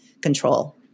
control